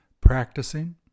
practicing